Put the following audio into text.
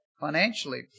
financially